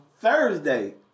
Thursday